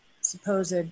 supposed